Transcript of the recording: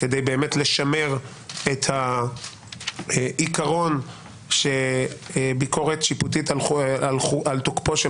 כדי באמת לשמר את העיקרון שביקורת שיפוטית על תוקפו של